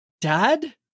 Dad